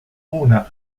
una